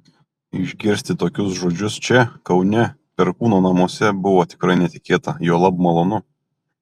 išgirsti tokius žodžius čia kaune perkūno namuose buvo tikrai netikėta juolab malonu